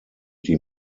die